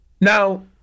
Now